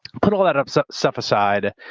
put all that um so stuff aside,